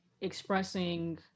expressing